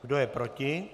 Kdo je proti?